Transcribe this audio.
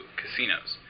casinos